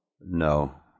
No